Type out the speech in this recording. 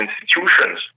institutions